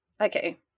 Okay